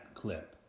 clip